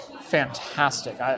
fantastic